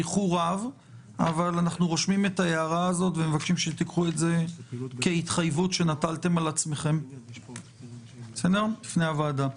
אנחנו מבקשים שתיקחו את זה כהתחייבות שנטלתם על עצמכם בפני הוועדה.